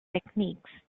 techniques